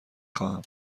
خواهم